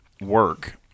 work